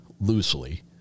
loosely